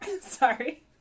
Sorry